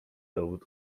dowód